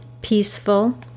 peaceful